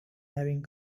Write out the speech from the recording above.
having